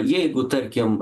jeigu tarkim